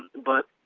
but